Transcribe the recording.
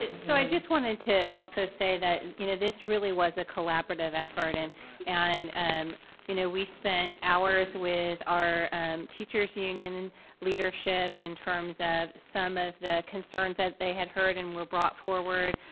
so i just wanted to also say that you know, this really was a collaborative effort and and and you know, we spent hours with our teachers' union and leadership in terms of some of the concerns that they had heard and were brought forward,